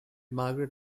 margaret